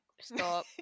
Stop